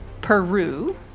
Peru